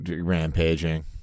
rampaging